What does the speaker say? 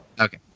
Okay